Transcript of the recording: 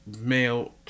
male